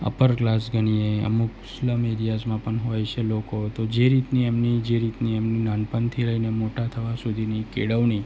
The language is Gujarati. અપર ક્લાસ ગણીએ અમુક સ્લમ એરિયાઝમાં પણ હોય છે લોકો તો જે રીતની એમની જે રીતની એમ નાનપણથી લઈને મોટા થવા સુધીની કેળવણી